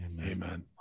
Amen